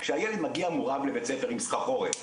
כשהילד מגיע מורעב לבית ספר עם סחרחורת,